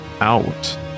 out